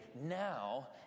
now